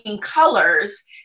colors